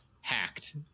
hacked